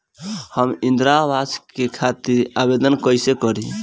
हम इंद्रा अवास के खातिर आवेदन कइसे करी?